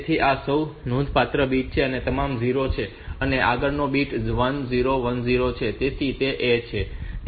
તેથી આ સૌથી નોંધપાત્ર બીટ તે તમામ 0 છે અને આગળનો બીટ 1 0 1 0 છે તેથી તે A છે